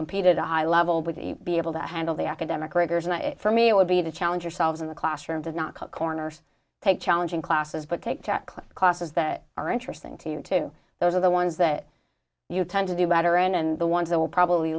competed a high level would be able to handle the academic rigors and for me it would be to challenge ourselves in the classroom to not cut corners take challenging classes but take tackling classes that are interesting to you too those are the ones that you tend to do better in and the ones that will probably